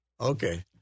Okay